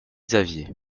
xavier